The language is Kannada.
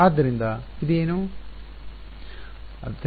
ಆದ್ದರಿಂದ ಇದು ಏನು